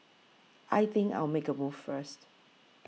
I think I'll make a move first